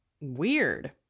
weird